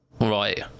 Right